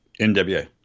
NWA